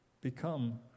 become